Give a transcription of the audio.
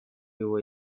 его